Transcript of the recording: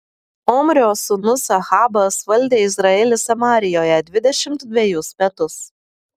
omrio sūnus ahabas valdė izraelį samarijoje dvidešimt dvejus metus